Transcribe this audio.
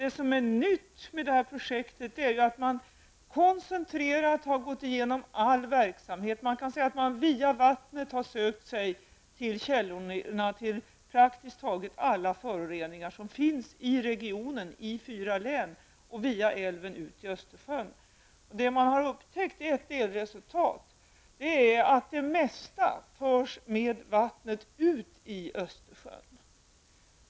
Det som är nytt med det här projektet är ju att man koncentrerat har gått igenom all verksamhet. Man kan säga att man via vattnet har sökt sig till källorna till praktiskt taget alla föroreningar som finns i regionen i fyra län och via älven ut i Östersjön. Det man har upptäckt -- det är ett delresultat -- är att det mesta förs med vattnet ut i Östersjön.